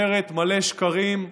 סרט מלא שקרים,